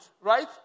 right